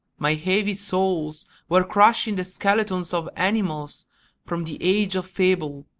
my heavy soles were crushing the skeletons of animals from the age of fable,